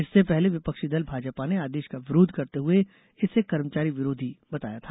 इससे पहले विपक्षी दल भाजपा ने आदेश का विरोध करते हुए इसे कर्मचारी विरोधी बताया था